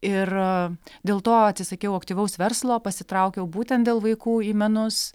ir dėl to atsisakiau aktyvaus verslo pasitraukiau būtent dėl vaikų į menus